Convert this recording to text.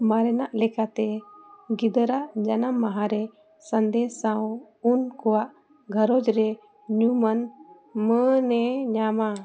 ᱢᱟᱨᱮᱱᱟᱜ ᱞᱮᱠᱟᱛᱮ ᱜᱤᱫᱟᱹᱨᱟᱜ ᱡᱟᱱᱟᱢ ᱢᱟᱦᱟᱨᱮ ᱥᱚᱱᱫᱮᱥ ᱥᱟᱶ ᱩᱱ ᱠᱚᱣᱟᱜ ᱜᱷᱟᱨᱚᱸᱡᱽ ᱨᱮ ᱧᱩᱢᱟᱱ ᱢᱟᱹᱱ ᱮ ᱧᱟᱢᱟ